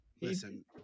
Listen